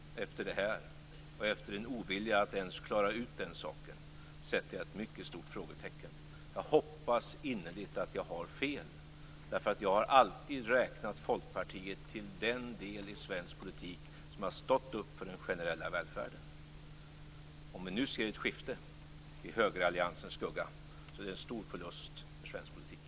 Efter det här och efter en ovilja att ens klara ut den saken sätter jag ett mycket stort frågetecken. Jag hoppas innerligt att jag har fel, därför att jag har alltid räknat Folkpartiet till den del i svensk politik som har stått upp för den generella välfärden. Om vi nu ser ett skifte i högeralliansens skugga är det en stor förlust för svensk politik.